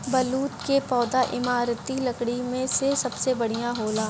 बलूत कअ पौधा इमारती लकड़ी में सबसे बढ़िया होला